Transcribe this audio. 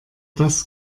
das